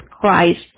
Christ